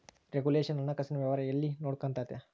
regulation ಹಣಕಾಸಿನ ವ್ಯವಹಾರ ಎಲ್ಲ ನೊಡ್ಕೆಂತತೆ